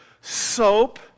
soap